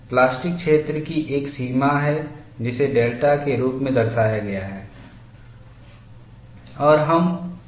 plastic क्षेत्र की एक सीमा है जिसे डेल्टा के रूप में दर्शाया गया है